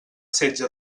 setge